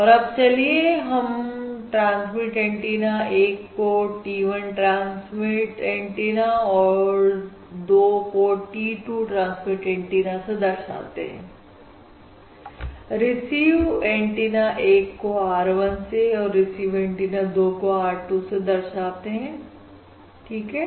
और अब चलिए हम ट्रांसमिट एंटीना 1 को T 1 ट्रांसमिट एंटीनाऔर 2 को T 2 ट्रांसमिट एंटीना से दर्शाते हैं रिसीव एंटीना 1 को R1 से और रिसीव एंटीना 2 को R2 से दर्शाते हैं ठीक है